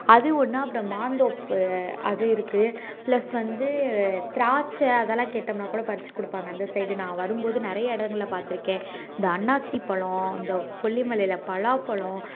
அது ஒன்று அப்புறம் மாந்தோப்பு அது இருக்கு பிளஸ் வந்து திராட்சை அதெல்லாம் கேட்டோம்னால் கூட பறித்து கொடுப்பாங்க அந்த சைடு நான் வரும்போது நிறையா இடங்கள்ல பார்த்துருக்கேன் இந்த அன்னாசி பழம் இந்த கொல்லிமலையில் பலாப்பழம்